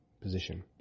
position